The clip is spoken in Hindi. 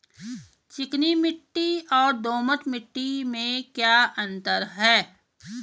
चिकनी मिट्टी और दोमट मिट्टी में क्या अंतर है?